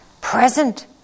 Present